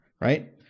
Right